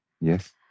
Yes